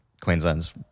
Queensland's